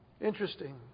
Interesting